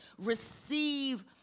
receive